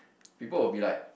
people will be like